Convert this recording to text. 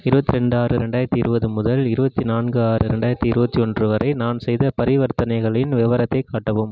இருபத்ரெண்டு ஆறு ரெண்டாயிரத்தி இருபது முதல் இருபத்தி நான்கு ஆறு ரெண்டாயிரத்தி இருபத்தி ஒன்று வரை நான் செய்த பரிவர்த்தனைகளின் விவரத்தை காட்டவும்